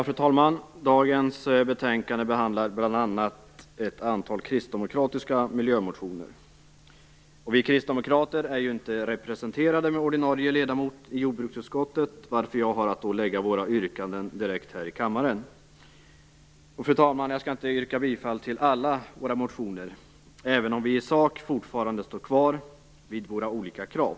Fru talman! I dagens betänkande behandlas bl.a. ett antal kristdemokratiska miljömotioner. Vi kristdemokrater är ju inte representerade med en ordinarie ledamot i jordbruksutskottet, varför jag har att lägga våra yrkanden direkt här i kammaren. Jag skall inte yrka bifall till alla våra motioner, även om vi i sak fortfarande står fast vid våra olika krav.